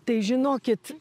tai žinokit